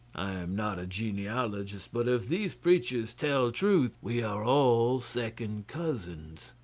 i am not a genealogist, but if these preachers tell truth, we are all second cousins.